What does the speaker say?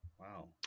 Wow